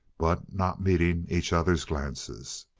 but not meeting each other's glances.